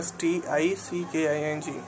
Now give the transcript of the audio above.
Sticking